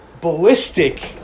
ballistic